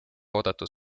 oodatud